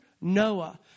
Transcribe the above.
Noah